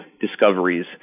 discoveries